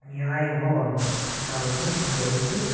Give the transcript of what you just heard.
நியாயமாக வாங்கணும் அதாவது இங்கே இருந்து